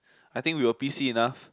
I think we were busy enough